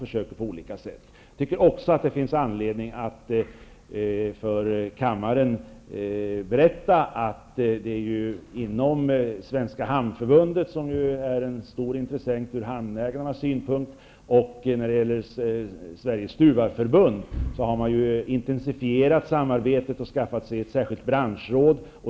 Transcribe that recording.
Det finns också anledning att för kammaren berätta att man i Svenska hamnförbundet, som är en stor intressent från hamnägarnas synpunkt, och i Sveriges Stuvareförbund har intensifierat samarbetet och skaffat sig ett särskilt branschråd.